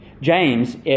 James